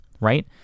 right